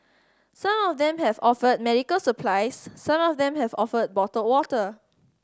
some of them have offered medical supplies some of them have offered bottled water